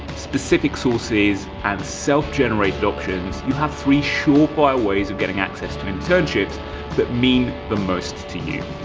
specific sources and self generated options, you have three sure-fire ways of getting access to internships that mean the most to you.